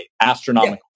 astronomical